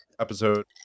episode